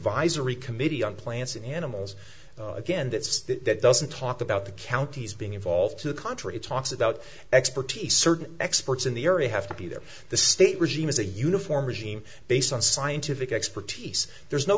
advisory committee on plants and animals again that doesn't talk about the counties being involved to the contrary it talks about expertise certain experts in the area have to be either the state regime is a uniform regime based on scientific expertise there's no